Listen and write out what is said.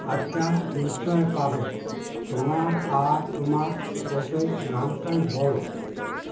আচ্ছা নিশ্চয় পাবে তোমার আর তোমার কোচের নামটাই বলো